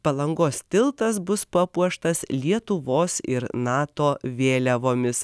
palangos tiltas bus papuoštas lietuvos ir nato vėliavomis